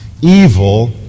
evil